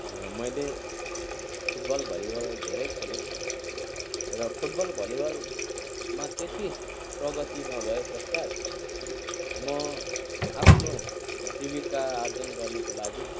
मैले football volleyball धेरै खेलेँ र फुटबल भलिबलमा त्यति प्रगति नभए पश्चात म आफ्नो जीविका आर्जन गर्नुको लागि